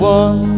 one